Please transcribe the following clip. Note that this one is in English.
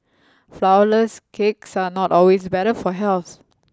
flourless cakes are not always better for health